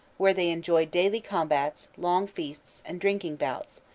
where they enjoyed daily combats, long feasts, and drinking-bouts,